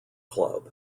club